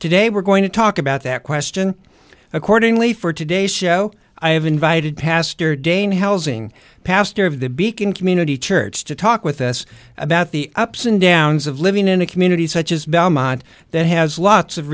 today we're going to talk about that question accordingly for today's show i have invited pastor dane housing pastor of the beacon community church to talk with us about the ups and downs of living in a community such as belmont that has lots of